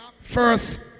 First